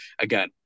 again